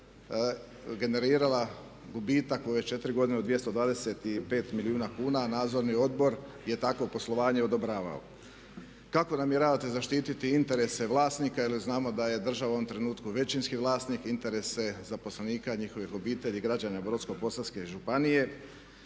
generirala gubitak u ove 4 godine od 225 milijuna kuna a nadzorni odbor je takvo poslovanje odobravao. Kako namjeravate zaštiti interese vlasnika, jer znamo da je država u ovom trenutku većinski vlasnik, interese zaposlenika, njihovih obitelji, građana Brodsko-posavske županije?